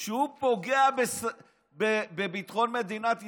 שהוא פוגע בביטחון מדינת ישראל.